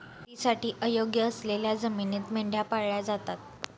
शेतीसाठी अयोग्य असलेल्या जमिनीत मेंढ्या पाळल्या जातात